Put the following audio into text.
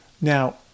Now